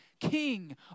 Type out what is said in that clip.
king